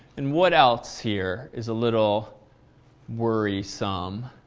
and what else here is a little worrisome?